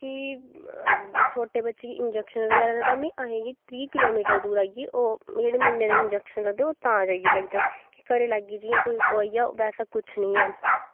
की छोटे बच्चें गी इंजैक्शन बगैरा न असें तां बी त्रीऽ किलो मीटर दूर आईयै ओह् मतलव जेह्ड़े महीनें दे इंजैक्शन लगदे न ओह् तां जाईयै लगदे न कि घरे लाग्गी जियां कोई ओह् आईया बैसा कुछ नी ऐ